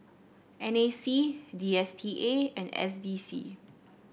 N A C D S T A and S D C